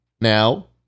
now